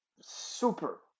super